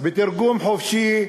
בתרגום חופשי: